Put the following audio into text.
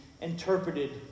interpreted